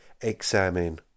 examine